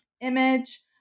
image